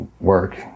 work